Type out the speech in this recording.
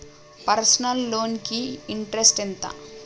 Personal loan కి interest ఎంత?